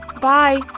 Bye